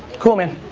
cool, man.